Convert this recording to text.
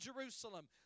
Jerusalem